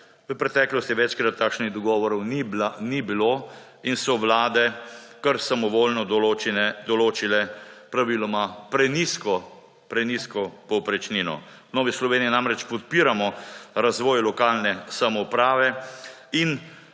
V preteklosti večkrat takšnih dogovorov ni bilo in so vlade kar samovoljno določile praviloma prenizko povprečnino. V Novi Sloveniji namreč podpiramo razvoj lokalne samouprave in